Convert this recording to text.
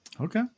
Okay